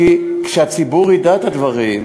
כדי שהציבור ידע את הדברים.